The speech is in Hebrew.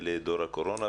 אלה דור הקורונה,